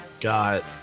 got